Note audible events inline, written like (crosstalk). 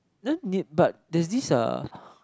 then (noise) but there is a